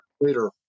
later